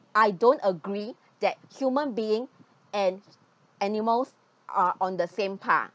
I don't agree that human being and animals are on the same path